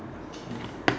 okay